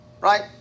right